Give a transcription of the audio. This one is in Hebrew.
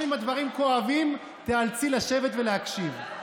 גם אם הדברים כואבים, תיאלצי לשבת ולהקשיב.